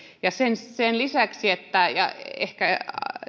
sen sen lisäksi ja ehkä